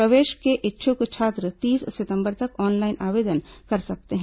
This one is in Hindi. प्रवेश के इच्छुक छात्र तीस सितंबर तक ऑनलाइन आवेदन कर सकते हैं